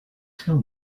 tell